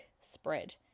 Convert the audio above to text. spread